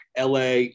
LA